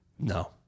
No